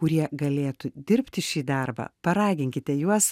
kurie galėtų dirbti šį darbą paraginkite juos